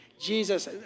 Jesus